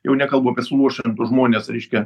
jau nekalbu apie suluošintus žmones reiškia